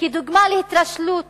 כדוגמה להתרשלות